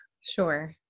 Sure